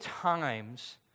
times